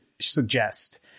suggest